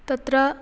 तत्र